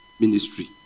ministry